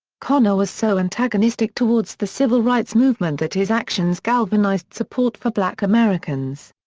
connor was so antagonistic towards the civil rights movement that his actions galvanized support for black americans.